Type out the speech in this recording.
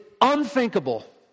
unthinkable